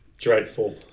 Dreadful